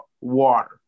water